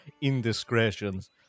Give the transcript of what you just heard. indiscretions